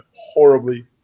horribly